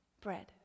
bread